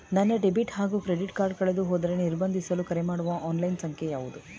ನನ್ನ ಡೆಬಿಟ್ ಹಾಗೂ credit card ಕಳೆದುಹೋದರೆ ನಿರ್ಬಂಧಿಸಲು ಕರೆಮಾಡುವ ಆನ್ಲೈನ್ ಸಂಖ್ಯೆಯಾವುದು?